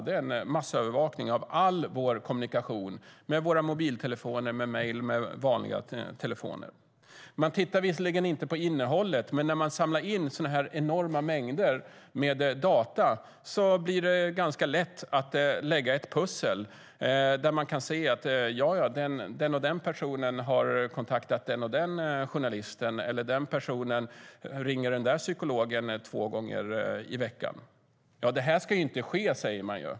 Det är en massövervakning av all vår kommunikation, med våra mobiltelefoner, mejl och vanliga telefoner. Man tittar visserligen inte på innehållet, men när man samlar in så enorma mängder med data blir det ganska lätt att lägga ett pussel, där man kan se att en viss person har kontaktat en viss journalist eller att en annan person ringer en viss psykolog två gånger i veckan. Det ska inte ske, säger man.